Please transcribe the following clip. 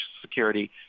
Security